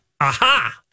aha